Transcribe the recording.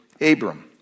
Abram